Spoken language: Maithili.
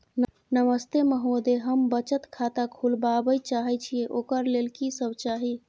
नमस्ते महोदय, हम बचत खाता खोलवाबै चाहे छिये, ओकर लेल की सब चाही?